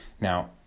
Now